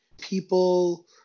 people